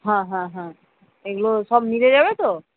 হ্যাঁ হ্যাঁ হ্যাঁ এগুলো সব মিলে যাবে তো